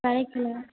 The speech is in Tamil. கிடைக்கலை